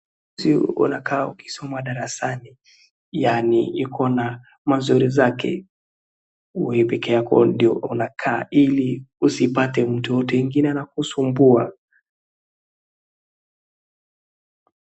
Si unakaa ukisoma darasani yaani iko na mazuri zake, wewe pekee yako ndo unakaa ili usipate mtu yeyote mwingine anakusumbua.